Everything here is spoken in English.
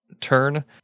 turn